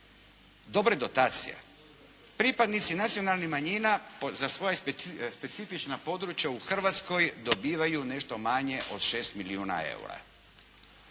Dobra je dotacija. Pripadnici nacionalnih manjina za specifična područja u Hrvatskoj dobivaju nešto manje od 6 milijuna eura.